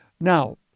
Now